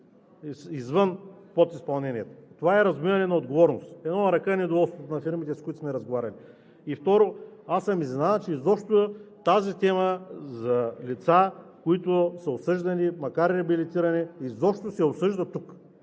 извън подизпълнението. Това е разменяне на отговорност. Едно на ръка е недоволството на фирмите, с които сме разговаряли. И второ, аз съм изненадан, че изобщо темата за лица, които са осъждани, макар и реабилитирани, изобщо се обсъжда тук